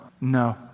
No